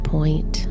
Point